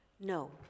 No